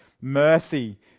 mercy